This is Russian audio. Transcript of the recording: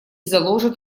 заложит